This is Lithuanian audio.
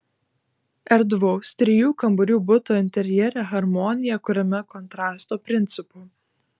erdvaus trijų kambarių buto interjere harmonija kuriama kontrasto principu